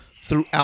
throughout